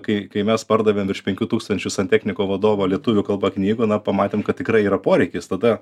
kai kai mes pardavėm virš penkių tūkstančių santechniko vadovo lietuvių kalba knygų na pamatėm kad tikrai yra poreikis tada